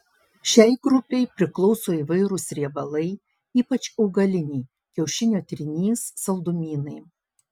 šiai grupei priklauso įvairūs riebalai ypač augaliniai kiaušinio trynys saldumynai